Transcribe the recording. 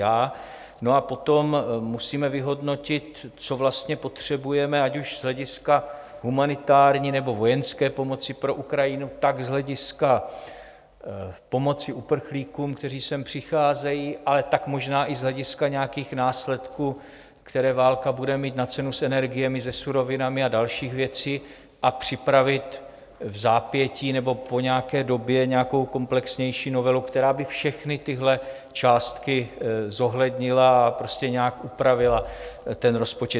A potom musíme vyhodnotit, co vlastně potřebujeme, ať už z hlediska humanitární, nebo vojenské pomoci pro Ukrajinu, tak z hlediska pomoci uprchlíků, kteří sem přicházejí, ale tak možná i z hlediska nějakých následků, které válka bude mít na cenu s energiemi, se surovinami a dalšími věcmi, a připravit vzápětí nebo po nějaké době nějakou komplexnější novelu, která by všechny tyhle částky zohlednila a nějak upravila ten rozpočet.